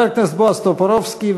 חבר הכנסת בועז טופורובסקי,